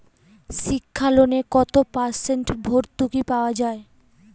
শিক্ষা লোনে কত পার্সেন্ট ভূর্তুকি পাওয়া য়ায়?